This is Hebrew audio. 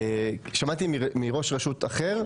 שמעתי מראש רשות אחר,